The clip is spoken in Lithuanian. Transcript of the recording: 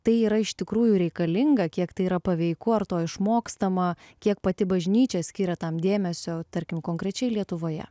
tai yra iš tikrųjų reikalinga kiek tai yra paveiku ar to išmokstama kiek pati bažnyčia skiria tam dėmesio tarkim konkrečiai lietuvoje